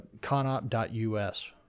CONOP.us